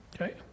okay